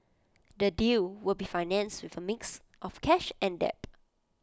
the deal will be financed with A mix of cash and debt